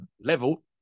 level